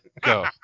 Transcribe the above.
Go